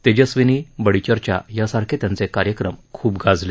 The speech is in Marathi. तेजस्वीनी बडीचर्चा यासारखे त्यांचे कार्यक्रम खूप गाजले